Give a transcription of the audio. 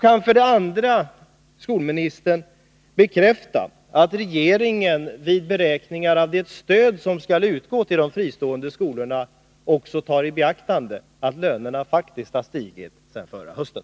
Kan skolministern vidare bekräfta att regeringen vid beräkningar av det stöd som skall utgå till de fristående skolorna också tar i beaktande att lönerna faktiskt har stigit sedan förra hösten?